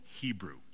Hebrew